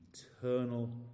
eternal